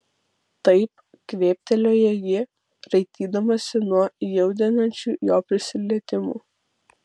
taip kvėptelėjo ji raitydamasi nuo įaudrinančių jo prisilietimų